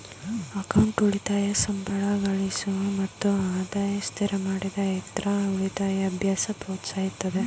account ಉಳಿತಾಯ ಸಂಬಳಗಳಿಸುವ ಮತ್ತು ಆದಾಯ ಸ್ಥಿರಮಾಡಿದ ಇತ್ರ ಉಳಿತಾಯ ಅಭ್ಯಾಸ ಪ್ರೋತ್ಸಾಹಿಸುತ್ತೆ